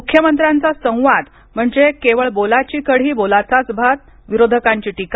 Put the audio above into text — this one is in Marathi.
मुख्यमंत्र्यांचा संवाद म्हणजे केवळ बोलाची कढी बोलाचा भात विरोधकांची टीका